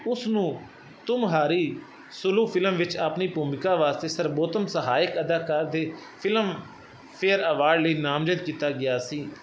ਉਸ ਨੂੰ ਤੁਮਹਾਰੀ ਸੁਲੂ ਫਿਲਮ ਵਿੱਚ ਆਪਣੀ ਭੂਮਿਕਾ ਵਾਸਤੇ ਸਰਬੋਤਮ ਸਹਾਇਕ ਅਦਾਕਾਰ ਦੇ ਫਿਲਮਫੇਅਰ ਅਵਾਰਡ ਲਈ ਨਾਮਜ਼ਦ ਕੀਤਾ ਗਿਆ ਸੀ